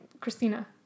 Christina